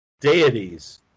deities